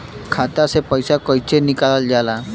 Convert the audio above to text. खाता से पैसा कइसे निकालल जाला?